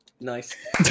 Nice